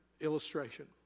illustration